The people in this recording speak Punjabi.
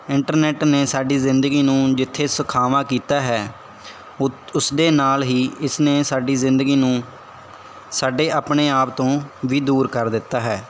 ਇੰਟਰਨੈਟ ਨੇ ਸਾਡੀ ਜ਼ਿੰਦਗੀ ਨੂੰ ਜਿੱਥੇ ਸੁਖਾਵਾਂ ਕੀਤਾ ਹੈ ਉਸਦੇ ਨਾਲ ਹੀ ਇਸ ਨੇ ਸਾਡੀ ਜ਼ਿੰਦਗੀ ਨੂੰ ਸਾਡੇ ਆਪਣੇ ਆਪ ਤੋਂ ਵੀ ਦੂਰ ਕਰ ਦਿੱਤਾ ਹੈ